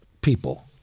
people